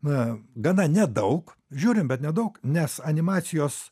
na gana nedaug žiūrim bet nedaug nes animacijos